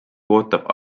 ootab